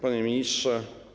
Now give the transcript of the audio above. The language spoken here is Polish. Panie Ministrze!